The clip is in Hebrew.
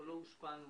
לא הושפענו